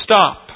stop